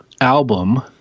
album